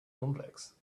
complex